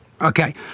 Okay